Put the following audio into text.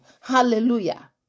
Hallelujah